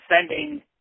sending